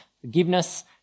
forgiveness